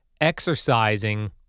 exercising